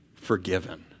Forgiven